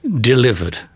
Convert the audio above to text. delivered